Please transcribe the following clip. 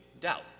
doubt